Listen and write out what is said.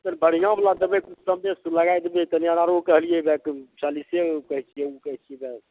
तऽ तनी बढ़िआँ बाला देबै कम बेस लगाए देबै तनी अनारो कहलियै चालीसे कहै छियै ओ कहै